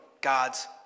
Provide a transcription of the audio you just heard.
God's